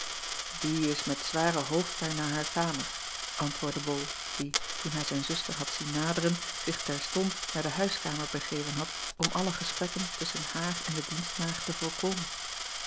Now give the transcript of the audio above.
ie is met zware hoofdpijn naar haar kamer antwoordde ol die toen hij zijn zuster had zien naderen zich terstond naar de huiskamer begeven had om alle gesprekken tusschen haar en de dienstmaagd te voorkomen